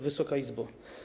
Wysoka Izbo!